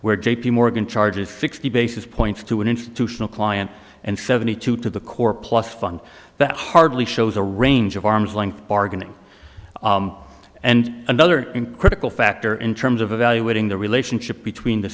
where j p morgan charges sixty basis points to an institutional client and seventy two to the core plus fund that hardly shows a range of arm's length bargaining and another in critical factor in terms of evaluating the relationship between the